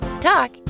talk